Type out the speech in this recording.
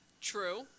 True